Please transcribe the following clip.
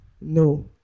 no